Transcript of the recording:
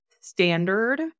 standard